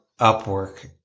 upwork